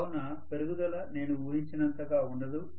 కావున పెరుగుదల నేను ఊహించినంతగా ఉండదు